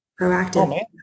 proactive